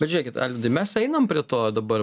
bet žiūrėkit alvydai mes einam prie to dabar